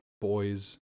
boys